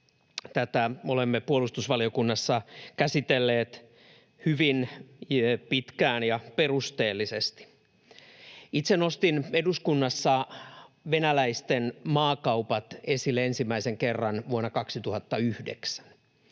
Tätä me olemme puolustusvaliokunnassa käsitelleet hyvin pitkään ja perusteellisesti. Itse nostin eduskunnassa venäläisten maakaupat esille ensimmäisen kerran vuonna 2009.